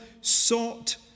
sought